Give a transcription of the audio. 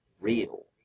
real